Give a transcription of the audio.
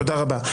תודה רבה.